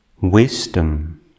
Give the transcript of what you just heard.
wisdom